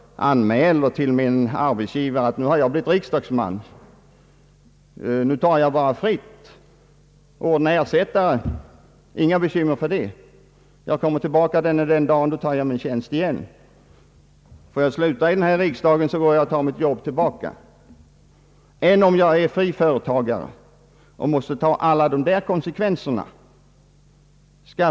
I ena fallet anmäler jag till min arbetsgivare att jag blivit riksdagsman, tar ledigt, utan att ordna ersättare. Jag har inga som helst bekymmer för arbetets utförande. Då jag kommer tillbaka återfår jag min tjänst. Betydligt besvärligare är det om jag är fri företagare och måste ta alla konsekvenser.